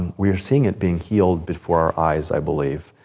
we are seeing it being healed before our eyes, i believe,